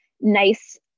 nice